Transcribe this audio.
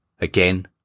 Again